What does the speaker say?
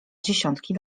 dziesiątki